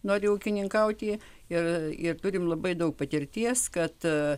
nori ūkininkauti ir ir turim labai daug patirties kad